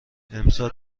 امسال